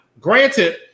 granted